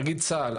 להגיד צה"ל,